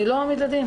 אני לא אעמיד לדין